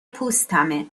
پوستمه